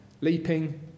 leaping